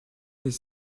est